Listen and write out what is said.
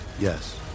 Yes